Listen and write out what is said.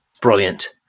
Brilliant